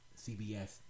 CBS